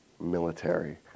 military